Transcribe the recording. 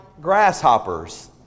grasshoppers